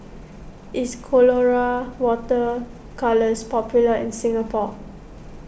is Colora Water Colours popular in Singapore